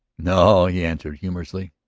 no, he answered humorously.